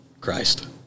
Christ